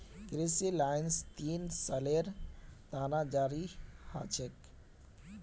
कृषि लाइसेंस तीन सालेर त न जारी ह छेक